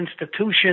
institution